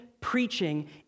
preaching